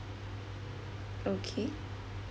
okay